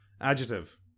Adjective